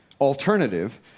alternative